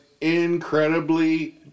incredibly